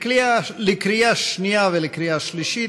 לקריאה שנייה ולקריאה שלישית.